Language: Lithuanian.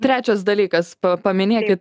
trečias dalykas pa paminėkit